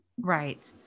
Right